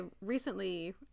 recently